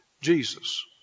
Jesus